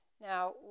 Now